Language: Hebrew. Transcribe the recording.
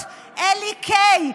בבקשה.